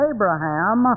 Abraham